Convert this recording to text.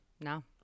No